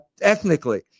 ethnically